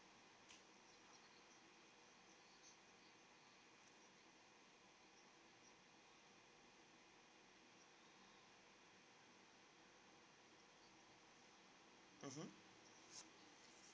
mmhmm